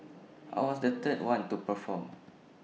I was the third one to perform